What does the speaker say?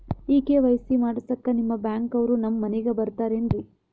ಈ ಕೆ.ವೈ.ಸಿ ಮಾಡಸಕ್ಕ ನಿಮ ಬ್ಯಾಂಕ ಅವ್ರು ನಮ್ ಮನಿಗ ಬರತಾರೆನ್ರಿ?